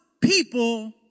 people